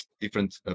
different